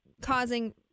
causing